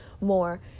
more